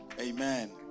Amen